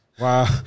Wow